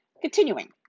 Continuing